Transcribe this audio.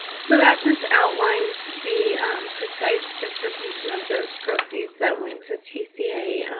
so that's just outlines the precise distribution of those proceeds that went to tissier.